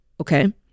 okay